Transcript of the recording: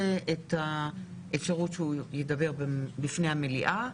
בקשתו של האורח לשאת דברים בפני המליאה.